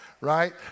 right